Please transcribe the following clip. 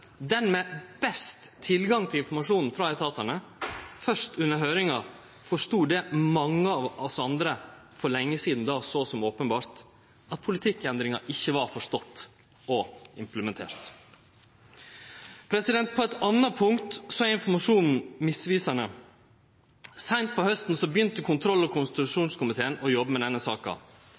den med best tilgang til informasjon frå etatane – først under høyringa forstod det mange av oss andre for lenge sidan såg som openbert, at politikkendringa ikkje var forstått og implementert. På eit anna punkt er informasjonen misvisande. Seint på hausten byrja kontroll- og konstitusjonskomiteen å jobbe med denne saka.